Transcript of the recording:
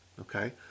Okay